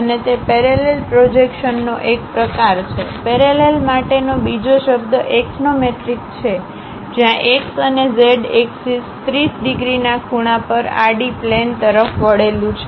અને તે પેરેલલ પ્રોજેક્શનનો એક પ્રકાર છે પેરેલલ માટેનો બીજો શબ્દ એક્સોનોમેટ્રિક છે જ્યાં એક્સ અને ઝેડ એક્સિસ 30 ડિગ્રીના ખૂણા પર આડી પ્લેન તરફ વળેલું છે